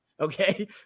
Okay